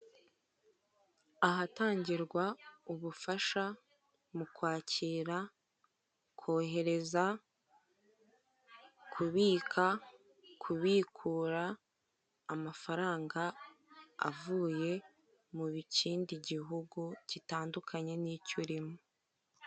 ahatangirwa ubufasha mu kwakira, kohereza, kubika, kubikura amafaranga avuye mu kindi gihugu gitandukanye nicyo urimo.